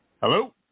Hello